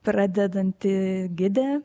pradedanti gidė